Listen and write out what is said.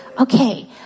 Okay